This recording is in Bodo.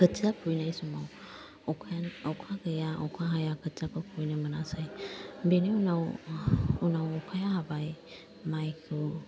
खोथिया खुबैनाय समाव अखा गैया अखा हाया खोथियाखौ खुबैनो मोनासै बेनि उनाव उनाव अखाया हाबाय माइखौ